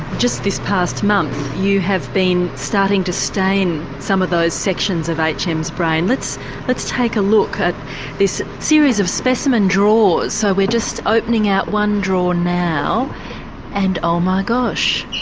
just this past month you have been starting to stain some of those sections of hm's hm's brain, let's let's take a look at this series of specimen drawers. so we're just opening out one drawer now and oh, my gosh,